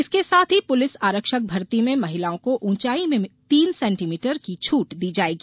इसके साथ ही पुलिस आरक्षक भर्ती में महिलाओं को ऊंचाई में तीन सेंटीमीटर की छूट दी जायेगी